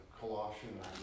Colossians